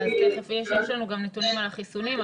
יש לנו נתונים גם על החיסונים.